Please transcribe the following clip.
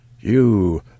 You